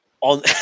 on